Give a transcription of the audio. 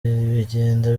bigenda